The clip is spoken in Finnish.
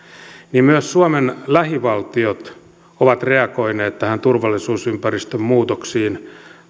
myös suomen lähivaltiot ovat reagoineet turvallisuusympäristön muutoksiin